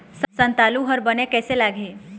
संतालु हर बने कैसे लागिही?